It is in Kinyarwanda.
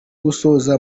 gusoza